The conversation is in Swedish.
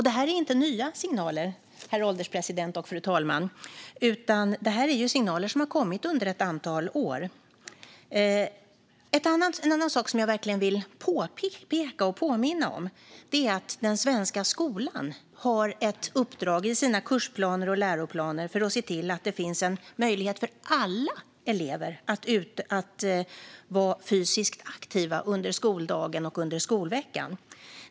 Det här är inte nya signaler, utan det här är signaler som har kommit under ett antal år. En annan sak som jag verkligen vill påpeka och påminna om är att den svenska skolan har ett uppdrag i sina kursplaner och läroplaner att se till att det finns en möjlighet för alla elever att vara fysiskt aktiva under skoldagen och under skolveckan.